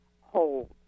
hold